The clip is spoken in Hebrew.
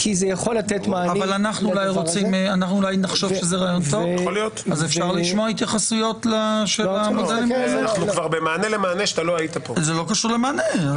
כדי לתת לכנסת הבאה את ההזדמנות שלה לשקול אם זה מקובל עליה או